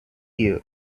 ear